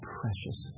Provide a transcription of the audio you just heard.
precious